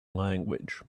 language